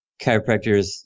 chiropractors